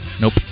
Nope